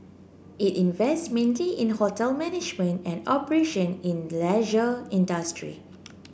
it invests mainly in hotel management and operation in the leisure industry